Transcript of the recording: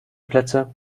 plätze